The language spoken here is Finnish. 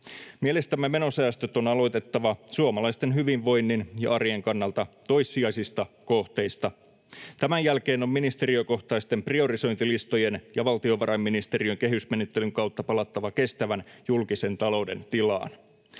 Mielestämme menosäästöt on aloitettava suomalaisten hyvinvoinnin ja arjen kannalta toissijaisista kohteista. Tämän jälkeen on ministeriökohtaisten priorisointilistojen ja valtiovarainministeriön kehysmenettelyn kautta palattava kestävän julkisen talouden tilaan.